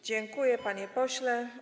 Dziękuję, panie pośle.